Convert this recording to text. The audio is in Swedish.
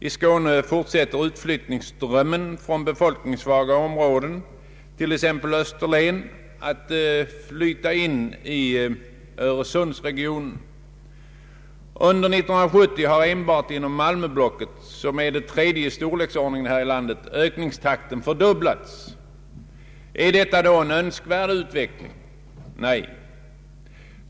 I Skåne fortsätter inflyttningsströmmen från befolkningssvaga områden, t.ex. Österlen, in till Öresundsregionen. Under 1970 har enbart inom Malmöblocket — som är det tredje i storleksordningen i landet — ökningstakten fördubblats. är detta en önskvärd utveckling? Nej!